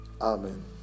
Amen